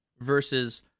versus